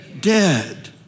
dead